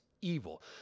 evil